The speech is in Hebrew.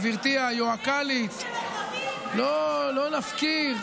גברתי היוהל"מית, לא נפקיר.